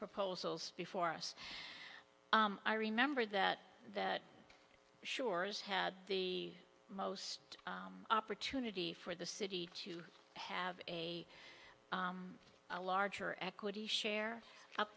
proposals before us i remember that the shores had the most opportunity for the city to have a a larger equity share up